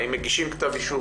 האם מגישים כתב אישום?